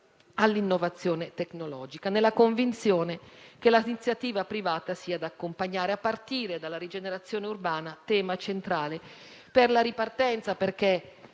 all'innovazione tecnologica, nella convinzione che l'iniziativa privata sia da accompagnare, a partire dalla rigenerazione urbana, tema centrale per la ripartenza, perché